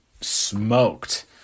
smoked